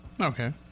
Okay